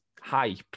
hype